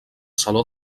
saló